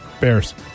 Bears